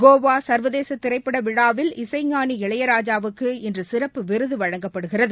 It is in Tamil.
கோவாசர்வதேசதிரைப்படவிழாவில் இசைஞானி இளையராஜாவுக்கு இன்றுசிறப்பு விருதுவழங்கப்படுகிறது